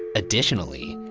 additionally,